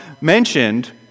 mentioned